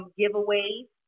giveaways